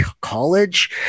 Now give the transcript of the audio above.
college